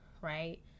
right